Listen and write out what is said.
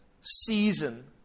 season